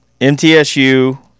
MTSU